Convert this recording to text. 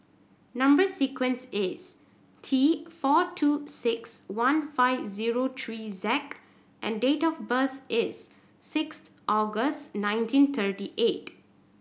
number sequence is T four two six one five zero three Z and date of birth is six August nineteen thirty eight